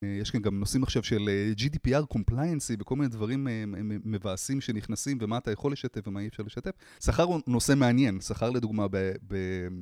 יש כאן גם נושאים עכשיו של ג'י די פי אר קומפליינסי וכל מיני דברים מבאסים שנכנסים ומה אתה יכול לשתף ומה אי אפשר לשתף, סחר הוא נושא מעניין סחר לדוגמה ב...